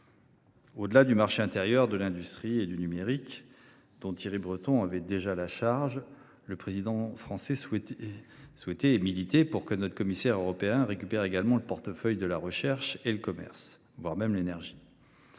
Au delà du marché intérieur, de l’industrie et du numérique, dont Thierry Breton avait déjà la charge, le Président français militait pour que notre commissaire européen récupère également le portefeuille de la recherche et du commerce, voire de l’énergie.